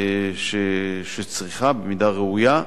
במידה ראויה.